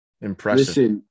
Impressive